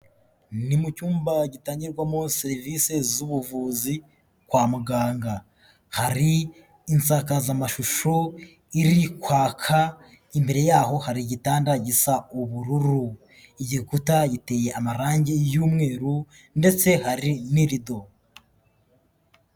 Icyumba gitangirwamo serivise z'ubuvuzi kwa muganga, hari insakazamashusho iri kwaka, imbere yaho hari igitanda gisa ubururu, igikuta giteye amarangi y'umweru ndetse hari n'irido.